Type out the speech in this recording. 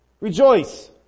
Rejoice